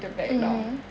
mmhmm